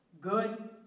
good